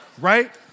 right